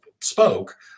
spoke